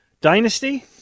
Dynasty